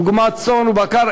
דוגמת צאן ובקר,